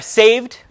saved